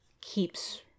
keeps